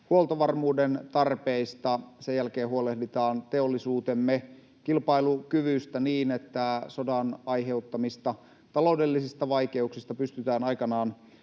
huoltovarmuuden tarpeista, sen jälkeen huolehditaan teollisuutemme kilpailukyvystä niin, että sodan aiheuttamista taloudellisista vaikeuksista pystytään aikanaan